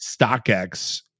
StockX